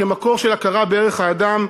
כמקור של הכרה בערך האדם,